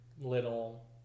Little